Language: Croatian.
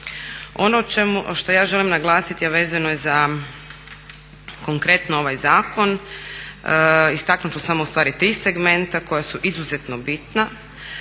Ono što ja želim naglasiti, a vezano je za konkretno ovaj zakon, istaknut ću samo ustvari tri segmenta koja su izuzetno bitna,